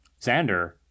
xander